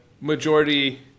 majority